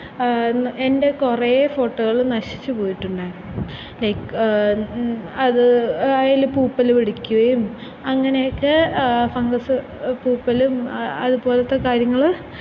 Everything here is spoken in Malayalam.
എൻ്റെ കുറേ ഫോട്ടോകൾ നശിച്ചു പോയിട്ടുണ്ടായിരുന്നു ലൈക് അത് അതിൽ പൂപ്പൽ പിടിക്കുകയും അങ്ങനെയൊക്കെ ഫംഗസ് പൂപ്പലും അതു പോലത്തെ കാര്യങ്ങൾ